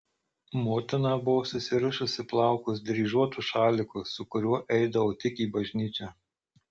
motina buvo susirišusi plaukus dryžuotu šaliku su kuriuo eidavo tik į bažnyčią